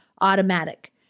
automatic